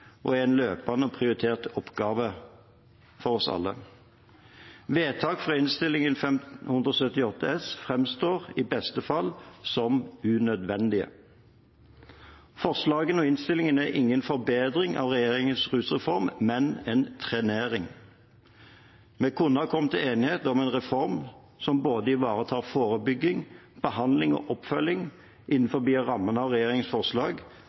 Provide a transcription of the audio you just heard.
og en løpende prioritert oppgave for oss alle. Vedtak fra Innst. 578 S for 2020–2021 framstår i beste fall som unødvendige. Forslagene og innstillingene er ingen forbedring av regjeringens rusreform, men en trenering. Vi kunne kommet til enighet om en reform som ivaretar både forebygging, behandling og oppfølging innenfor rammene av regjeringens forslag,